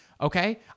okay